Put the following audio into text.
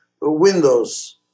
windows